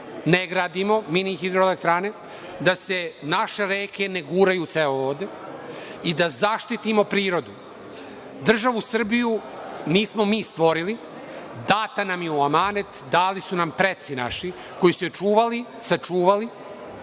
ne gradimo mini hidroelektrane, da se naše reke ne guraju u cevovode i da zaštitimo prirodu. Državu Srbiju nismo mi stvorili, data nam je u amanet, dali su nam preci naši, koji su je čuvali, sačuvali,